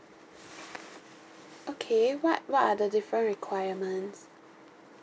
okay what what are the different requirements